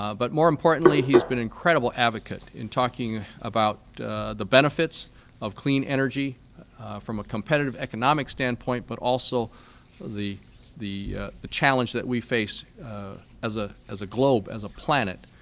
ah but more importantly, he's been incredible advocate in talking about the benefits of clean energy from a competitive economic standpoint, but also the the challenge that we face as ah as a globe, as a planet,